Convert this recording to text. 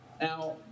Now